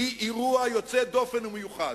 היא אירוע יוצא דופן ומיוחד,